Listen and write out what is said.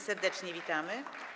Serdecznie witamy.